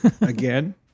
again